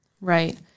Right